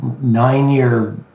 nine-year